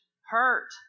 hurt